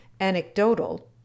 anecdotal